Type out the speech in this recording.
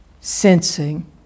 sensing